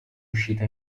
uscita